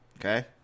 Okay